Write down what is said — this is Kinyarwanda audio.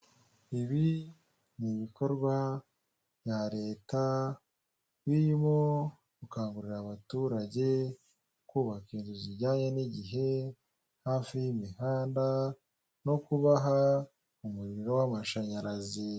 Ibi ni ibikorwa bya leta birimo gukangurira abaturage kubaka inzu zijyanye n'igihe hafi y'imihanda no kubaha umuriro w'amashanyarazi.